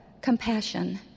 compassion